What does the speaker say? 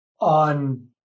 on